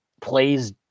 plays